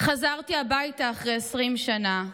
"חזרתי הביתה אחרי עשרים שנה.